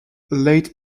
late